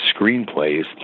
screenplays